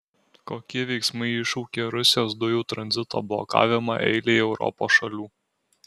kokie veiksmai iššaukė rusijos dujų tranzito blokavimą eilei europos šalių